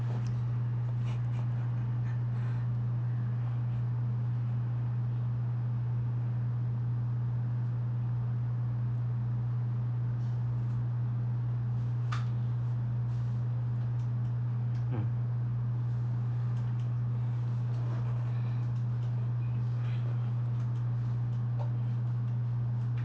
mm